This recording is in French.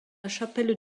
chapelle